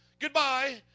goodbye